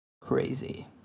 crazy